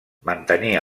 mantenir